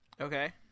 Okay